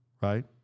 right